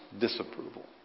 disapproval